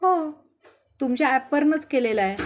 हो तुमच्या ॲपवरनच केलेला आहे